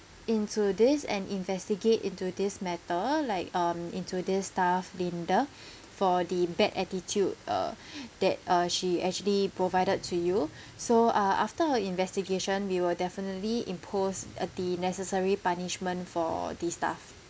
into this and investigate into this matter like um into this staff linda for the bad attitude uh that uh she actually provided to you so uh after her investigation we will definitely impose the necessary punishment for this staff